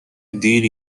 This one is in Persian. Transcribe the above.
دیر